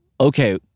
Okay